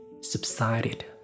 subsided